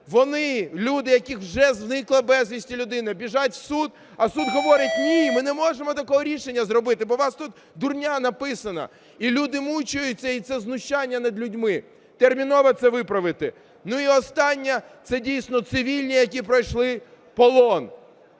Вони, люди, в яких уже зникла безвісти людина, біжать в суд, а суд говорить: ні, ми не можемо такого рішення зробити, бо у вас тут дурня написана. І люди мучаться, і це знущання над людьми. Терміново це виправити. Ну і останнє, це дійсно цивільні, які пройшли полон,